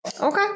Okay